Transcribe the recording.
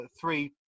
three